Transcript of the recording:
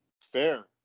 Fair